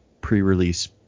pre-release